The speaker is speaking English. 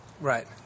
Right